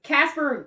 Casper